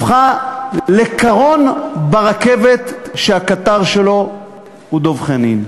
הפכה לקרון ברכבת שהקטר שלה הוא דב חנין.